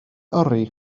yrru